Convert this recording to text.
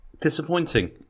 Disappointing